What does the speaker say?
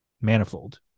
Manifold